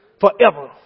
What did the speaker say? Forever